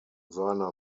seiner